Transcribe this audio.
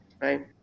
right